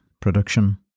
production